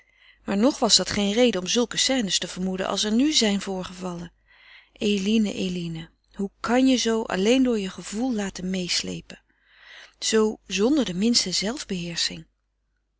maar nog was dat geen reden om zulke scènes te vermoeden als er nu zijn voorgevallen eline eline hoe kan je je zoo alleen door je gevoel laten meêsleepen zoo zonder de minste